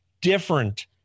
different